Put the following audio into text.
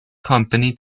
company